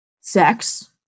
sex